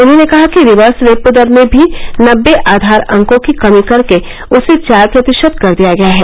उन्होंने कहा कि रिवर्स रेपो दर में भी नबे आघार अंकों की कमी करके उसे चार प्रतिशत कर दिया गया है